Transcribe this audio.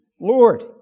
Lord